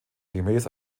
gemäß